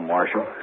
Marshal